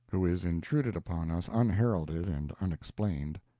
who is intruded upon us unheralded and unexplained.